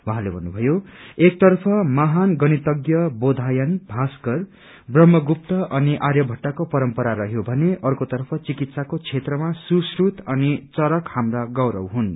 उहाँले भन्नुभयो एक तर्फ महान गणितज्ञ बोधायन भास्कर ब्रहमगुप्त अनि आर्यभट्टको परम्परा रहयो भने अर्को तर्फ चिकित्साको क्षेत्रम सुश्रुत अनि चरक हाम्रा गौरव हुन्